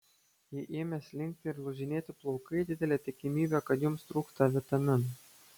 jei ėmė slinkti ir lūžinėti plaukai didelė tikimybė kad jums trūksta vitaminų